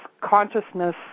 consciousness